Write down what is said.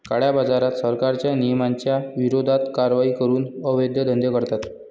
काळ्याबाजारात, सरकारच्या नियमांच्या विरोधात कारवाई करून अवैध धंदे करतात